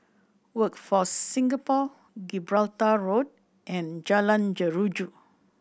Workforce Singapore Gibraltar Road and Jalan Jeruju